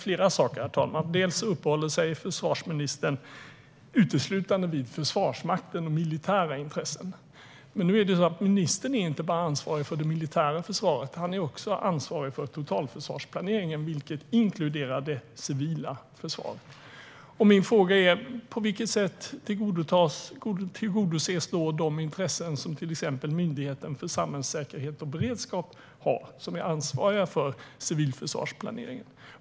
Försvarsministern uppehåller sig uteslutande vid Försvarsmakten och militära intressen. Men ministern är ju ansvarig inte bara för det militära försvaret utan också för totalförsvarsplaneringen, vilket inkluderar det civila försvaret. Min fråga är: På vilket sätt tillgodoses exempelvis de intressen som Myndigheten för samhällsskydd och beredskap har, som är ansvarig för civilförsvarsplaneringen?